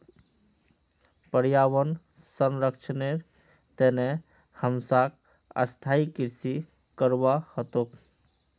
पर्यावन संरक्षनेर तने हमसाक स्थायी कृषि करवा ह तोक